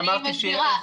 אני אמרתי --- אני מסבירה.